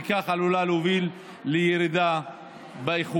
ובכך עלולה להוביל לירידה באיכות.